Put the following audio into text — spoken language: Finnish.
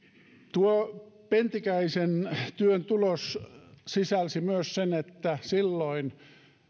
tuo pentikäisen työn tulos sisälsi myös sen että silloin